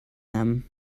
them